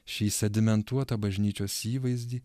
šį sedimentuotą bažnyčios įvaizdį